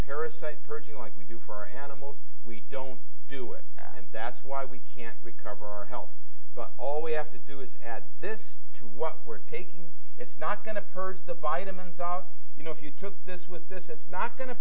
parasite purging like we do for animals we don't do it and that's why we can't recover our health but all we have to do is add this to what we're taking it's not going to purge the vitamins out you know if you took this with this it's not go